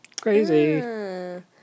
Crazy